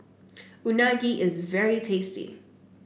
unagi is very tasty